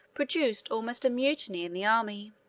produced almost a mutiny in the army.